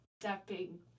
stepping